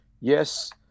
Yes